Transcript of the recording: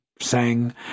sang